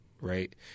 Right